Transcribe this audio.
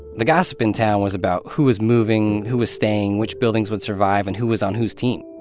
the gossip in town was about who was moving, who was staying, which buildings would survive and who was on whose team.